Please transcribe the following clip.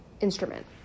Instrument